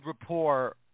rapport